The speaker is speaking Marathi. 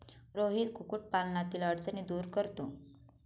रोहित कुक्कुटपालनातील अडचणी दूर करतो